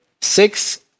six